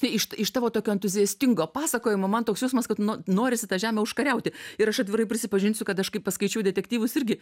tai iš iš tavo tokio entuziastingo pasakojimo man toks jausmas kad na norisi tą žemę užkariauti ir aš atvirai prisipažinsiu kad aš kaip paskaičiau detektyvus irgi